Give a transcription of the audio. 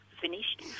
finished